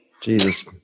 Jesus